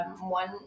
one